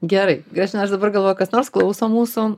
gerai gražina aš dabar galvoju kas nors klauso mūsų